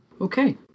Okay